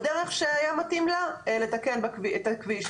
בדרך שהיה מתאים לה לתקן את הכביש.